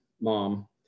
mom